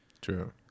true